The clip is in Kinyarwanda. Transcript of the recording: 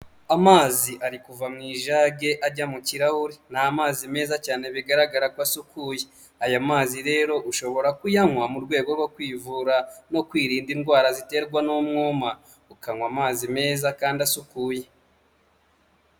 Amazi ari kuva mu ijage ajya mu kirahure, ni amazi meza cyane bigaragara ko asukuye, aya mazi rero ushobora kuyanywa mu rwego rwo kwivura no kwirinda indwara ziterwa n'umwuma, ukanywa amazi meza kandi asukuye.